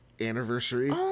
anniversary